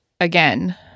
again